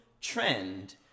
trend